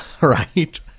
Right